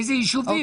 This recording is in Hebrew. באילו ישובים?